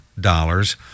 dollars